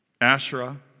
Asherah